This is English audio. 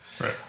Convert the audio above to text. Right